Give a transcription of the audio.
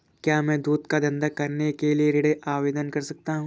क्या मैं दूध का धंधा करने के लिए ऋण आवेदन कर सकता हूँ?